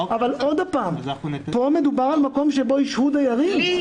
אבל פה מדובר על מקום שבו ישהו דיירים.